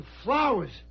flowers